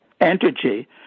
Energy